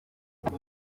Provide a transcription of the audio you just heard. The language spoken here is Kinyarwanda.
aka